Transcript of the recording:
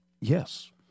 Yes